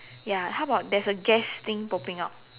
ya how about there's a gas thing popping up